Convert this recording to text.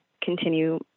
continue